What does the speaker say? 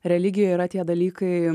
religijoj yra tie dalykai